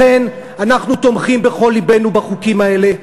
לכן, אנחנו תומכים בכל לבנו בחוקים האלה.